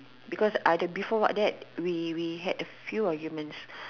because uh the before what that we we had a few arguments